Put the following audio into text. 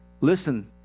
listen